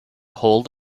hold